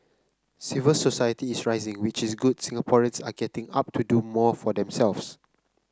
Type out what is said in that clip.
civil society is rising which is good Singaporeans are getting up to do more for themselves